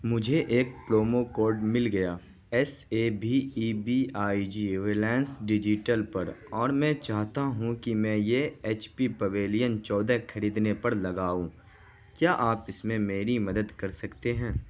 مجھے ایک promo code مل گیا ایس اے بھی ای بی آئی جی ریلائنس ڈیجیٹل پڑ اور میں چاہتا ہوں کہ میں یہ ایچ پی پویلین چودہ خریدنے پر لگاؤں کیا آپ اس میں میری مدد کر سکتے ہیں